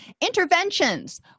Interventions